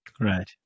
right